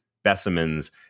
specimens